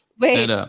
wait